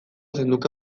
zenuke